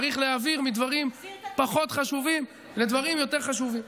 צריך להעביר מדברים פחות חשובים לדברים יותר חשובים.